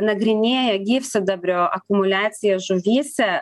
nagrinėja gyvsidabrio akumuliaciją žuvyse